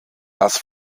das